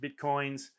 Bitcoins